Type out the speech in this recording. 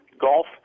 golf